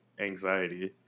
anxiety